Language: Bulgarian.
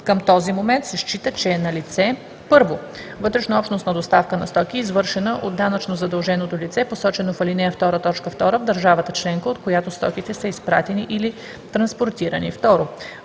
към този момент се счита, че е налице: 1. вътреобщностна доставка на стоки, извършена от данъчно задълженото лице, посочено в ал. 2, т. 2, в държавата членка, от която стоките са изпратени или транспортирани;